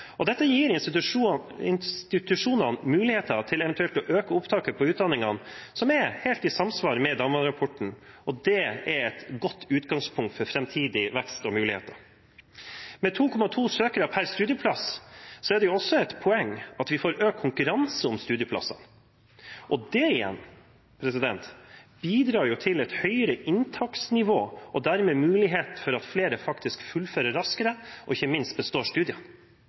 Dette gir institusjonene muligheter til eventuelt å øke opptaket ved utdanningene, som er helt i samsvar med DAMVAD-rapporten, og det er et godt utgangspunkt for framtidig vekst og muligheter. Med 2,2 søkere per studieplass er det også et poeng at vi får økt konkurranse om studieplassene, og det igjen bidrar til et høyere inntaksnivå og dermed mulighet for at flere faktisk fullfører raskere og ikke minst består studiene.